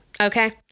okay